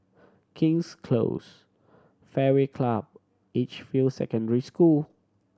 King's Close Fairway Club Edgefield Secondary School